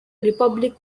republic